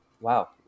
Wow